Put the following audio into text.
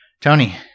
Tony